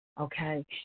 Okay